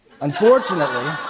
Unfortunately